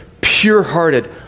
pure-hearted